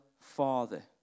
Father